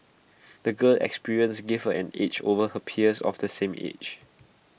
the girl's experiences gave her an edge over her peers of the same age